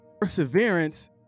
perseverance